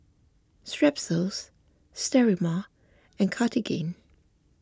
Strepsils Sterimar and Cartigain